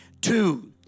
two